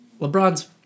LeBron's